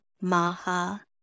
Maha